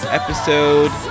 episode